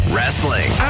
Wrestling